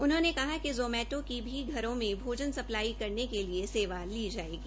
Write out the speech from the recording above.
उन्होंने कहा कि जोमैटो की भी घरों में भोजन सप्लाई करने के लिए सेवा ली जायेगी